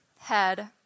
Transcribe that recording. head